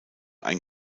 ein